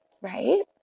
Right